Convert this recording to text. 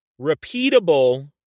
repeatable